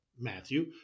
Matthew